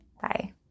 Bye